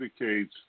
indicates